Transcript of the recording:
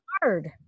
Hard